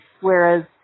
Whereas